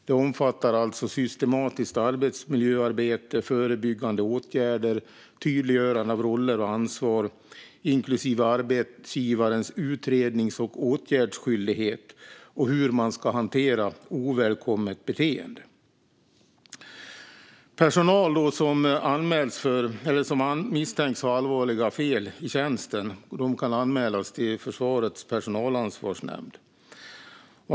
Den omfattar systematiskt arbetsmiljöarbete, förebyggande åtgärder, tydliggörande av roller och ansvar, inklusive arbetsgivarens utrednings och åtgärdsskyldighet, och hur man ska hantera ovälkommet beteende. Personal som misstänks ha gjort något allvarligt fel i tjänsten kan anmälas till Försvarsmaktens personalansvarsnämnd.